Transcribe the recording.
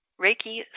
Reiki